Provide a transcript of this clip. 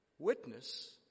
Witness